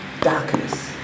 Darkness